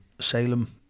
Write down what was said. Salem